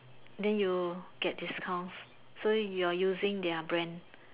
then you get discounts so you are using their brand